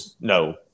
No